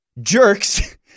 jerks